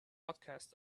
broadcast